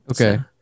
Okay